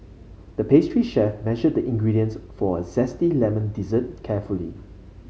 the pastry chef measured the ingredients for a zesty lemon dessert carefully